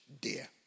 dear